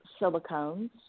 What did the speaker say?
silicones